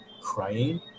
crying